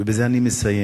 ובזה אני מסיים,